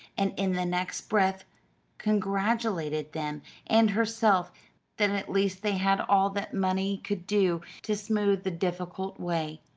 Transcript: and in the next breath congratulated them and herself that at least they had all that money could do to smooth the difficult way.